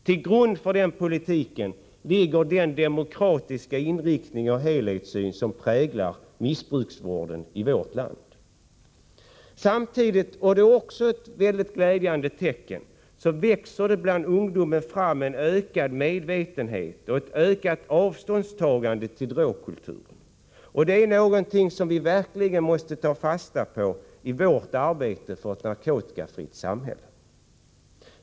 Till grund för denna politik ligger den demokratiska inriktning och helhetssyn som präglar missbruksvården i vårt land. Ett glädjande tecken är också att det bland ungdomen samtidigt växer fram en ökad medvetenhet och avståndstagande till drogkulturen, och det är något vi måste ta fasta på i vårt arbete för ett narkotikafritt samhälle.